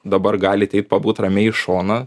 dabar galit eit pabūt ramiai į šoną